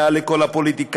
מעל לכל הפוליטיקאים,